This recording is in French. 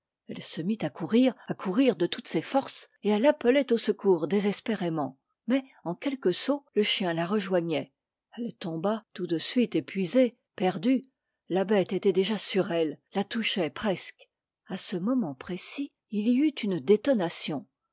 elle se mit à courir à courir de toutes ses forces et elle appelait au secours désespérément mais en quelques sauts le chien la rejoignait elle tomba tout de suite épuisée perdue la bête était déjà sur elle la touchait presque à ce moment précis il y eut une détonation